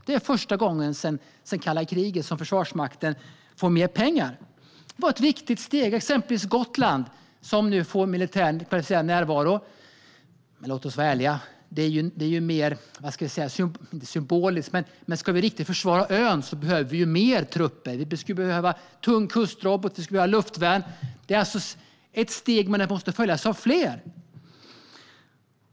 Det är första gången sedan kalla kriget som Försvarsmakten får mer pengar. Det var ett viktigt steg. Exempelvis får Gotland nu militär närvaro. Men låt oss vara ärliga! Vi ska inte säga att det är symboliskt, men om vi riktigt ska försvara ön behöver vi mer trupper. Vi skulle behöva tung kustrobot. Vi skulle behöva luftvärn. Det är alltså ett steg, men det måste följas av fler.